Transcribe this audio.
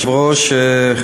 4. אם כן, מתי?